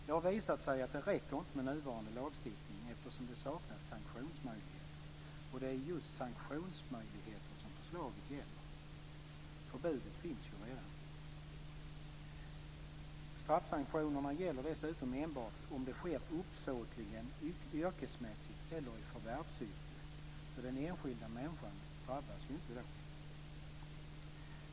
Det har visat sig att det inte räcker med nuvarande lagstiftning, eftersom det saknas sanktionsmöjligheter. Det är just sanktionsmöjligheter som förslaget gäller. Förbudet finns ju redan. Straffsanktionerna gäller enbart om det sker uppsåtligen, yrkesmässigt eller i förvärvssyfte. Den enskilda människan drabbas alltså inte.